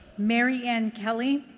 mary ann kelly?